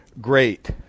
great